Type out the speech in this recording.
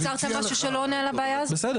אבל, יצרת משהו שלא עונה על הבעיה הזאת בכלל.